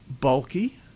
bulky